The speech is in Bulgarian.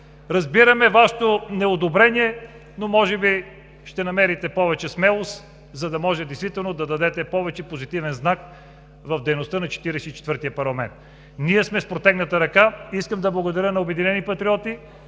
разбираме Вашето неодобрение, но може би ще намерите повече смелост, за да може действително да дадете повече позитивен знак в дейността на Четиридесет и четвъртия парламент. Ние сме с протегната ръка. Искам да благодаря на „Обединени патриоти“